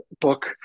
book